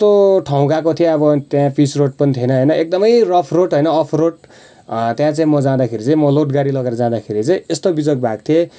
ठाउँ गएको थिएँ अब त्यहाँ पिच रोड पनि थिएन होइन एकदमै रफ रोड अफ रोड त्यहाँ चाहिँ म जाँदाखेरि चाहिँ म लोड गाडी लगेर जाँदाखेरि चाहिँ यस्तो बिजोग भएको थिएँ